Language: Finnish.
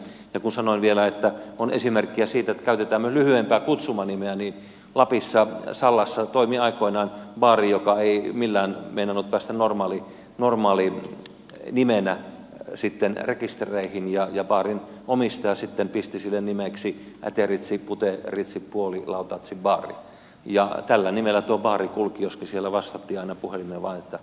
kun sanoin vielä että on esimerkkejä siitä että käytetään myös lyhyempää kutsumanimeä niin lapissa sallassa toimi aikoinaan baari joka ei millään meinannut päästä normaali normaalin teini mennään sitten normaalinimellä rekistereihin ja baarin omistaja sitten pisti sille nimeksi äteritsiputeritsipuolilautatsibaari ja tällä nimellä tuo baari kulki joskin siellä vastattiin aina puhelimeen vain että äteritsi baari